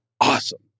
awesome